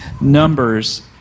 Numbers